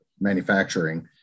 manufacturing